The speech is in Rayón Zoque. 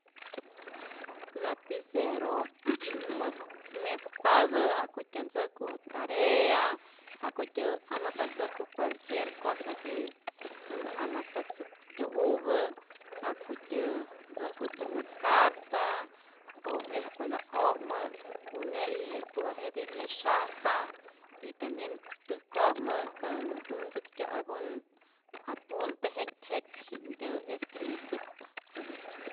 Lapicero mäs mespatä ja'kutyä ntzäjku tarea, ja'kutyä anotatzäjku cualquier cosa que näntä anotatzäktyo'upä, ja'kutyä ntzäjku tumä carta, o escuela'ojmä une'i je puro jete myesyajpa y tambien täjkojmä katä nä ntzäktyo' algun apunte jet jetji'nhtä escribitzäkpa.